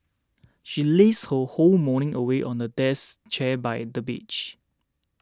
she lazed her whole morning away on the death chair by the beach